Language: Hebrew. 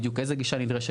בדיוק איזה גישה נדרשת,